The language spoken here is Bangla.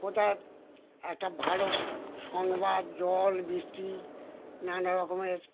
কোথায় একটা ভালো সংবাদ জল বৃষ্টি নানা রকমের